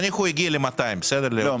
נניח הוא הגיע ל-200 או ל-150 --- לא,